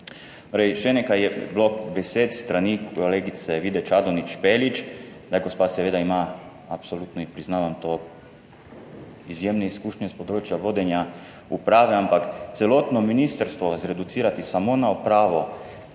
še nekaj je bilo besed s strani kolegice Vide Čadonič Špelič, da, gospa seveda ima absolutno, in priznavam to, izjemne izkušnje s področja vodenja uprave, ampak celotno ministrstvo zreducirati samo na upravo,